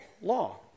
law